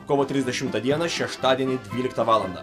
kovo trisdešimtą dieną šeštadienį dvyliktą valandą